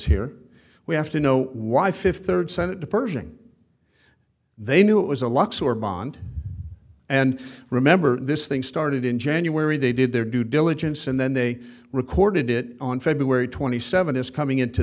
here we have to know why fifth third senate purging they knew it was a locks or bond and remember this thing started in january they did their due diligence and then they recorded it on february twenty seventh is coming into